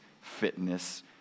fitness